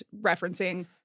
referencing